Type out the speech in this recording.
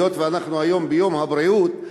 היות שאנחנו היום ביום הבריאות,